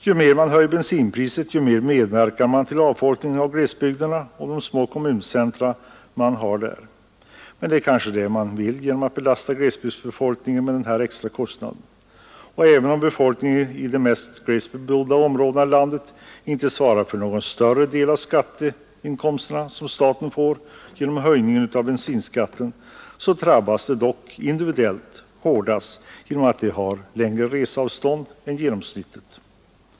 Ju mer man höjer bensinpriset, desto mer medverkar man till en avfolkning av glesbygderna och de små kommuncentra man där har. Men det är kanske det man vill genom att belasta glesbygdsbefolkningen med denna extra kostnad. Även om befolkningen i de mera glest bebodda områdena i landet inte svarar för någon större del av den skatteinkomst som staten får genom höjningen av bensinskatten, så drabbas de dock individuellt hårdast genom att de har längre reseavstånd än genomsnittet.